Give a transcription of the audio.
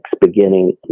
beginning